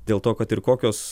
dėl to kad ir kokios